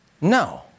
No